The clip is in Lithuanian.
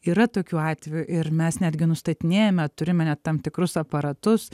yra tokių atvejų ir mes netgi nustatinėjame turime ne tam tikrus aparatus